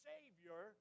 Savior